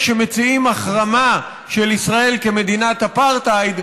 שמציעים החרמה של ישראל כמדינת אפרטהייד,